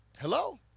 Hello